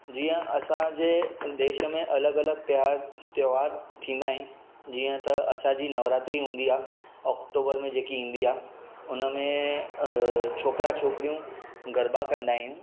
जीअं असां जे देश में अलॻि अलॻि तहेवार त्योहार थींदा आहिनि जीअं त असांजी नवरात्रि हूंदी आहे ओक्टोबर में जेकी ईंदी आहे उन में छोकिरा छोकिरियूं गरिबा कंदा आहियूं